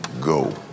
go